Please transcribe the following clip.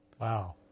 Wow